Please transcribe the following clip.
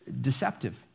deceptive